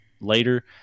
later